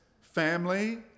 family